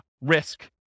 risk